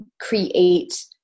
create